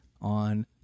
on